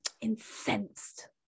incensed